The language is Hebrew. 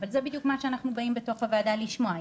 אבל זה בדיוק מה שאנחנו באים בתוך הוועדה לשמוע,